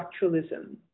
structuralism